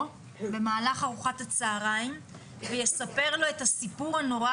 במהלך ארוחת הצהריים ויספר לו את הסיפור הנורא